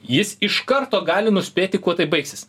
jis iš karto gali nuspėti kuo tai baigsis